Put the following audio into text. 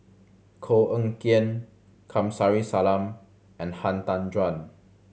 Koh Eng Kian Kamsari Salam and Han Tan Juan